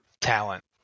talent